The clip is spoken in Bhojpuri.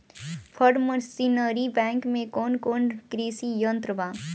फार्म मशीनरी बैंक में कौन कौन कृषि यंत्र बा?